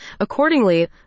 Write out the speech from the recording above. Accordingly